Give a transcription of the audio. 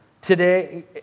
Today